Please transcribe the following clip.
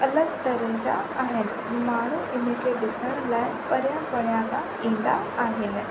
अलॻि तरह जा आहिनि माण्हू इन खे ॾिसण लाइ परियां परियां खां ईंदा आहिनि